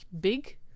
big